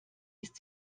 ist